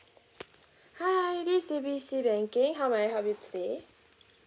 hi this is A B C banking how may I help you today